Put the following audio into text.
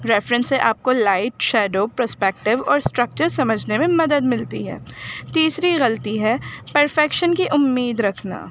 reference سے آپ کو لائٹ شیڈو پرسپیکٹیو اور اسٹرکچر سمجھنے میں مدد ملتی ہے تیسری غلطی ہے پرفیکشن کی امید رکھنا